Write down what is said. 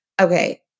Okay